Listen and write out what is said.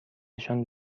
نشان